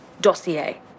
Dossier